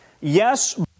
yes